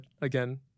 again